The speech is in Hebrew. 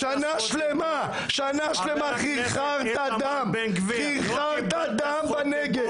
שנה שלמה חרחרת דם בנגב.